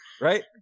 Right